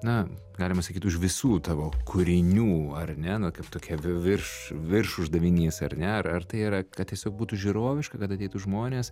na galima sakyt už visų tavo kūrinių ar ne na kaip tokia virš virš uždavinys ar ne ar tai yra kad tiesiog būtų žiūroviška kad ateitų žmonės